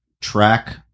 track